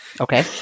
Okay